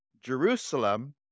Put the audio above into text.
Jerusalem